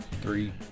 three